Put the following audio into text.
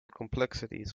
complexities